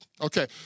Okay